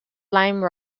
lime